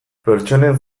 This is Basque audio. pertsonen